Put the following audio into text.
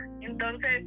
entonces